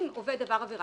אם עובד עבר עבירה,